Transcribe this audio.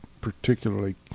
particularly